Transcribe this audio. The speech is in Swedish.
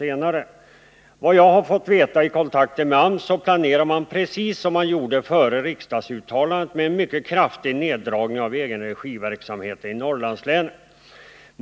Enligt vad jag fått veta i kontakter med AMS planerar man precis som man gjorde före riksdagsuttalandet en mycket kraftig neddragning av egenregiverksamhet i Norrlandslänen.